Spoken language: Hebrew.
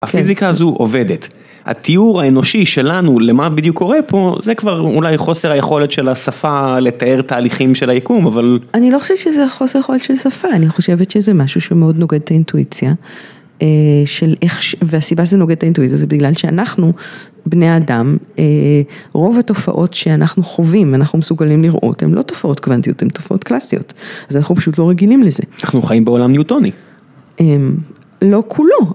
הפיזיקה הזו עובדת. התיאור האנושי שלנו, למה בדיוק קורה פה, זה כבר האולי חוסר היכולת של השפה לתאר תהליכים של היקום, אבל... אני לא חושבת שזה החוסר יכולת של שפה, אני חושבת שזה משהו שמאוד נוגד את האינטואיציה, של איך... והסיבה שלה זה נוגד את האינטואיציה זה בגלל שאנחנו, בני האדם, רוב התופעות שאנחנו חווים, אנחנו מסוגלים לראות הם לא תופעות קוונטיות, הם תופעות קלאסיות. אז אנחנו פשוט לא רגילים לזה. אנחנו חיים בעולם ניוטוני. לא כולו.